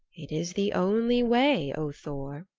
it is the only way, o thor,